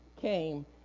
came